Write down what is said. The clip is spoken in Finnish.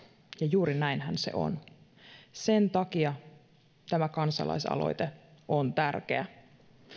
ja juuri näinhän se on sen takia tämä kansalaisaloite on tärkeä